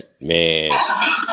man